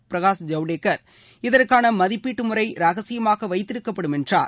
பிரகாஷ் ஜவுடேகர் இதற்கான மதிப்பீட்டுமுறை ரகசியமாக வைத்திருக்கப்படும் என்றார்